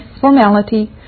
formality